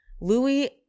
Louis